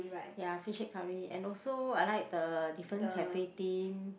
ya fish head curry and also I like the different cafe theme